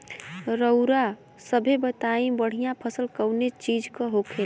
रउआ सभे बताई बढ़ियां फसल कवने चीज़क होखेला?